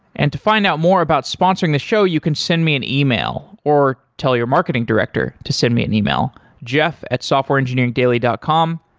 and to find out more about sponsoring the show, you can send me an email or tell your marketing director to send me an email, jeff at softwareengineeringdaily dot com.